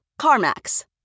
CarMax